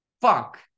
Fuck